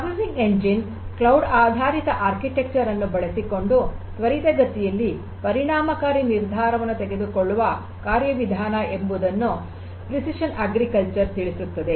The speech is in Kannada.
ಪ್ರಾಸೆಸಿಂಗ್ ಎಂಜಿನ್ ಕ್ಲೌಡ್ ಆಧಾರಿತ ವಾಸ್ತುಶಿಲ್ಪವನ್ನು ಬಳಸಿಕೊಂಡು ತ್ವರಿತಗತಿಯಲ್ಲಿ ಪರಿಣಾಮಕಾರಿ ನಿರ್ಧಾರವನ್ನು ತೆಗೆದುಕೊಳ್ಳುವ ಕಾರ್ಯವಿಧಾನ ಎಂಬುದನ್ನು ಪ್ರೆಸಿಷನ್ ಅಗ್ರಿಕಲ್ಚರ್ ತಿಳಿಸುತ್ತದೆ